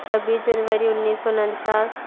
छब्बीस जनवरी उन्नीस सौ उनचास